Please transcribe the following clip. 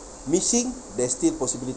missing there's still possibility